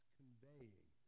conveying